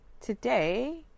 today